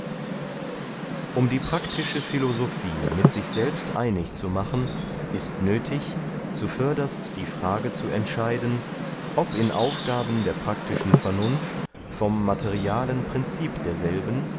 um die praktische philosophie mit sich selbst einig zu machen ist nöthig zuförderst die frage zu entscheiden ob in aufgaben der praktischen vernunft vom materialen prinzip derselben